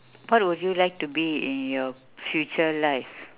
what would you like to be in your future life